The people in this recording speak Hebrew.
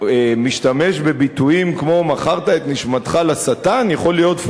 משתמש בביטויים כמו "מכרת את נשמתך לשטן" יכול להיות,